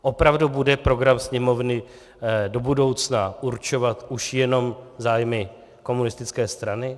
Opravdu bude program Sněmovny do budoucna určovat už jenom zájmy komunistické strany?